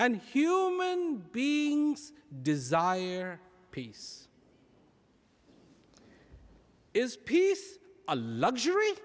and human beings desire peace is peace is a luxury